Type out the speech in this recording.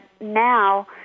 now